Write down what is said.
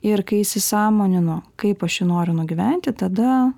ir kai įsisąmoninu kaip aš jį noriu nugyventi tada